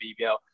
BBL